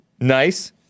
Nice